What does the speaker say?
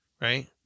right